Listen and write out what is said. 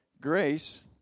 Grace